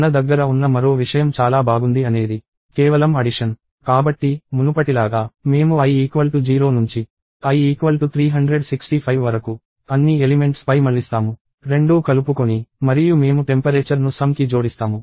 మన దగ్గర ఉన్న మరో విషయం చాలా బాగుంది అనేది కేవలం అడిషన్ కాబట్టి మునుపటిలాగా మేము i0 నుంచి i364 వరకు అన్ని ఎలిమెంట్స్పై మళ్ళిస్తాము రెండూ కలుపుకొని మరియు మేము టెంపరేచర్ ను సమ్ కి జోడిస్తాము